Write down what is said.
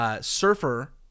surfer –